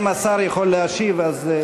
אם השר יכול להשיב אז בבקשה.